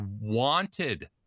wanted